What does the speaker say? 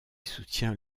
soutient